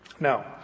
Now